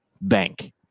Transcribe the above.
bank